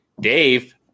Dave